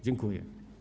Dziękuję.